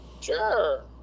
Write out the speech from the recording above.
sure